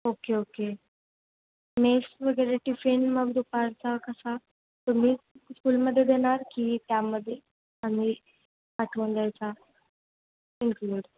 okay okay mess वगैरे tiffin मग दुपारचा कसा तुम्ही स्कूलमध्ये देणार की त्यामध्ये आम्ही पाठवून द्यायचा इनक्लूड